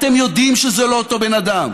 אתם יודעים שזה לא אותו בן אדם.